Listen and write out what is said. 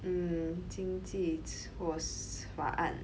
嗯经济措施法案